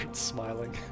smiling